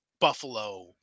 Buffalo